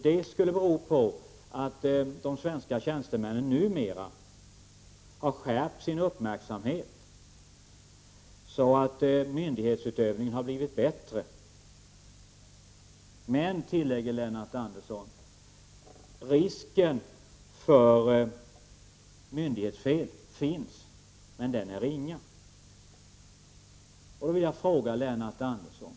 Det skulle bero på att de svenska tjänstemännen har skärpt sin uppmärksamhet så att myndighetsutövningen har blivit bättre. Men, tillägger Lennart Andersson, risken för myndighetsfel finns, men den är ringa. Jag vill ställa en fråga till Lennart Andersson.